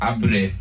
Abre